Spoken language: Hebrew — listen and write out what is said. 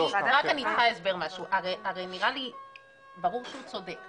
ברור שהוא צודק,